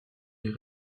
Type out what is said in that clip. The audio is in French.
les